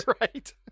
right